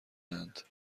اند